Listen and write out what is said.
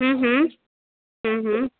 हम्म हम्म हम्म हम्म